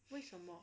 为什么